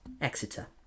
Exeter